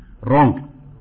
wrong